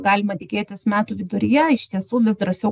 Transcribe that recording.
galima tikėtis metų viduryje iš tiesų vis drąsiau